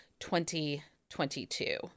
2022